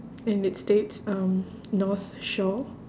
and it states um north shore